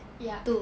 ya